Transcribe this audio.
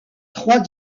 trois